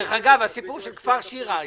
אגב, הסיפור של כפר שירה הסתיים?